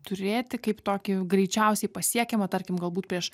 turėti kaip tokį greičiausiai pasiekiamą tarkim galbūt prieš